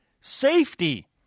safety